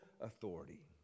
authority